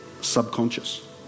subconscious